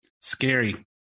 Scary